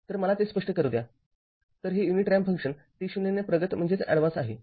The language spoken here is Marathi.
तर मला ते स्पष्ट करू द्या तर हे युनिट रॅम्प फंक्शन t0ने प्रगत आहे